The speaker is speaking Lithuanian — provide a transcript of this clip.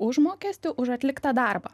užmokestį už atliktą darbą